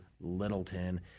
Littleton